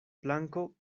planko